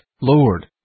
Lord